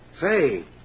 Say